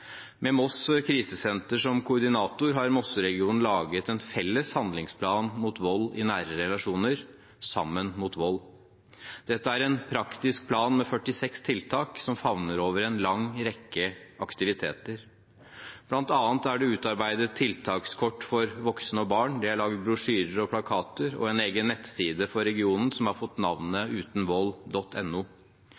Med Moss krisesenter som koordinator har Mosseregionen laget en felles handlingsplan mot vold i nære relasjoner, «Sammen mot vold». Dette er en praktisk plan med 46 tiltak som favner over en lang rekke aktiviteter. Blant annet er det utarbeidet tiltakskort for voksne og barn, og det er laget brosjyrer og plakater og en egen nettside for regionen som har fått navnet